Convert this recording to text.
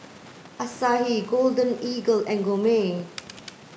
Asahi Golden Eagle and Gourmet